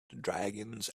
dragons